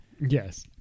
Yes